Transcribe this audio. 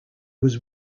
was